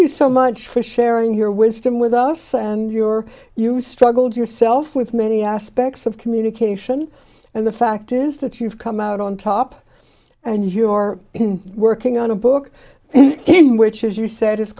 you so much for sharing your wisdom with us and your you struggled yourself with many aspects of communication and the fact is that you've come out on top and you are working on a book in which as you said it's